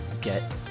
get